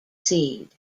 seed